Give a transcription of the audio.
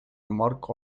marko